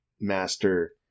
master